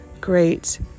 great